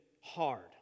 hard